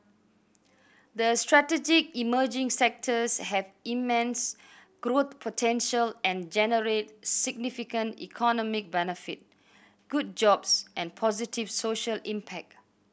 the strategic emerging sectors have immense growth potential and generate significant economic benefit good jobs and positive social impact